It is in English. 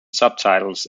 subtitles